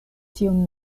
tiun